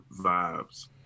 vibes